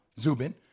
Zubin